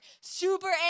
super